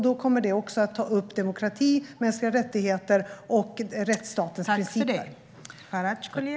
De kommer också att ta upp frågor om demokrati, mänskliga rättigheter och rättsstatens principer.